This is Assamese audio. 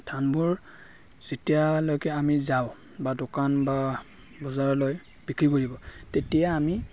ধানবোৰ যেতিয়ালৈকে আমি যাওঁ বা দোকান বা বজাৰলৈ বিক্ৰী কৰিব তেতিয়া আমি